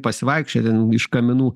pasivaikščiot ten iš kaminų